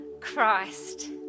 Christ